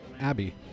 Abby